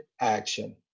action